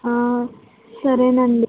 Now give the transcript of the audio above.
సరేనండి